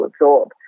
absorb